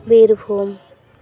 Birbhum